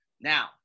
Now